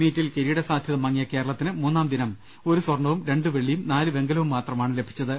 മീറ്റിൽ കിരീട സാധൃത മങ്ങിയ കേരളത്തിന് മൂന്നാംദിനം ഒരു സ്വർണ്ണവും രണ്ട് വെള്ളിയും നാല് വെങ്കലവും മാത്രമാണ് ലഭിച്ചത്